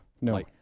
No